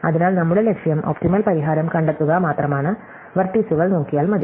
അതിനാൽ നമ്മുടെ ലക്ഷ്യം ഒപ്റ്റിമൽ പരിഹാരം കണ്ടെത്തുക മാത്രമാണ് വെർട്ടീസുകൾ നോക്കിയാൽ മതി